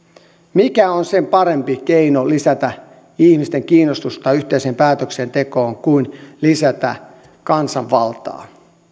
mikä on sen parempi keino lisätä ihmisten kiinnostusta yhteiseen päätöksentekoon kuin lisätä kansanvaltaa